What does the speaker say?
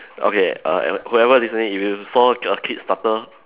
okay uh who~ whoever listening if you saw a kickstarter